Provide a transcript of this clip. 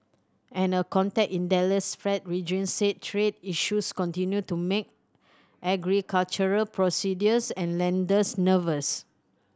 and a contact in the Dallas Fed region said trade issues continue to make agricultural producers and lenders nervous